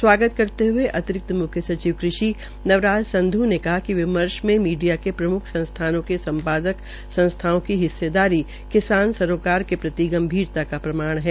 स्वागत करते हये अतिरिक्त म्ख्य सचिव नवराज संधू ने कहा कि विमर्श में मीडिया के प्रम्ख संस्थानों के संपादक संस्थाओं की हिस्सेदारी किसान सरोकार के प्रति गंभीरता का प्रमाण है